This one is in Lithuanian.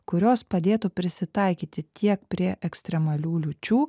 kurios padėtų prisitaikyti tiek prie ekstremalių liūčių